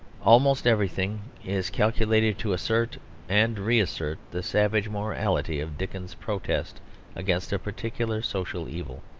almost everything is calculated to assert and re-assert the savage morality of dickens's protest against a particular social evil.